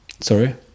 Sorry